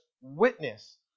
witness